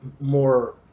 more